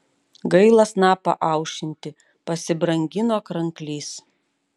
gaila snapą aušinti pasibrangino kranklys